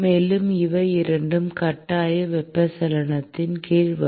மேலும் இவை இரண்டும் கட்டாய வெப்பச்சலனத்தின் கீழ் வரும்